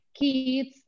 kids